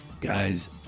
Guys